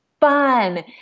fun